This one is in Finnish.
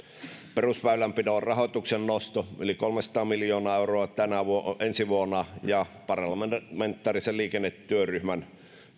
perusväylänpidon rahoituksen nosto yli kolmesataa miljoonaa euroa ensi vuonna ja parlamentaarisen liikennetyöryhmän